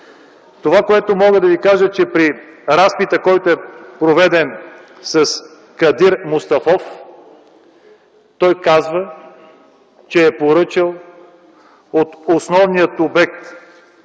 Това, което мога да ви кажа, е, че при разпита, който е проведен с Кадир Мустафов, той казва, че е поръчал от основния обект